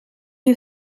you